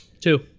Two